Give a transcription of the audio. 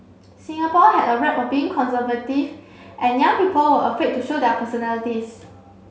Singapore had a rep of being conservative and young people were afraid to show their personalities